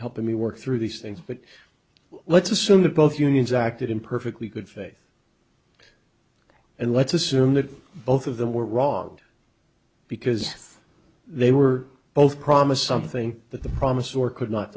helping me work through these things but let's assume that both unions acted in perfectly good faith and let's assume that both of them were rod because they were both promised something that the promise or could not